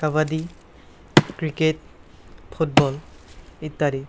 kabaddi cricket football ইত্য়াদি